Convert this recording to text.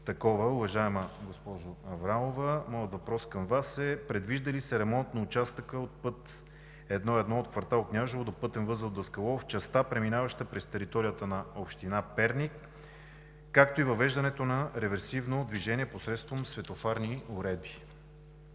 такова. Уважаема госпожо Аврамова, моят въпрос към Вас е: предвижда ли се ремонт на участъка от път I-1 от квартал Княжево до пътен възел Даскалово в частта, преминаваща през територията на община Перник, както и въвеждането на реверсивно движение посредством светофарни уредби?